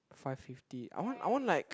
five fifty I want I want like